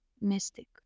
mystic